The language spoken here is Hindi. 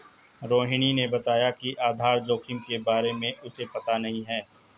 रोहिणी ने बताया कि आधार जोखिम के बारे में उसे पता नहीं है